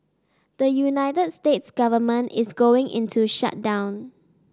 the United States government is going into shutdown